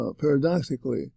paradoxically